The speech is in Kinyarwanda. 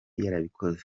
yarabikoze